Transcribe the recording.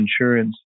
insurance